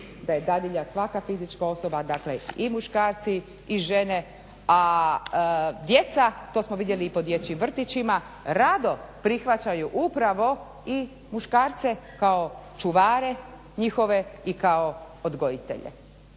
da je dadilja svaka fizička osoba, dakle i muškarci i žene, a djeca to smo vidjeli i po dječjim vrtićima, rado prihvaćaju upravo i muškarce kao čuvare njihove i kao odgojitelje.